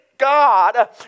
God